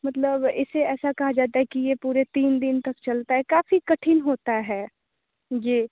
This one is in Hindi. मतलब इसे ऐसा कहा जाता है कि ये पूरे तीन दिन तक चलता है काफ़ी कठिन होता है जी